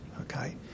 okay